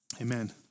Amen